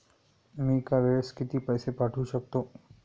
मी एका वेळेस किती पैसे पाठवू शकतो?